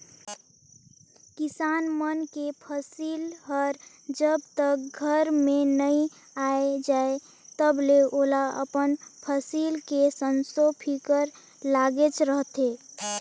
किसान मन के फसिल हर जब तक घर में नइ आये जाए तलबे ओला अपन फसिल के संसो फिकर लागेच रहथे